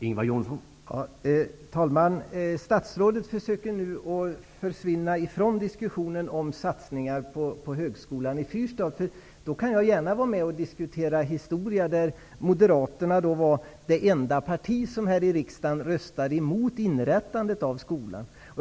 Herr talman! Statsrådet försöker nu försvinna från diskussionen om satsningar på högskolan i Fyrstadsregionen. Jag kan gärna diskutera historia, t.ex. när Moderaterna var det enda parti här i riksdagen som röstade mot inrättandet av denna skola.